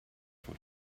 for